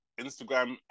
Instagram